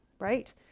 right